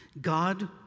God